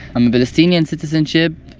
i'm a palestinian citizenship.